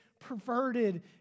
perverted